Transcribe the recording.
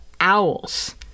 owls